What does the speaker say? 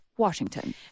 Washington